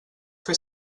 fer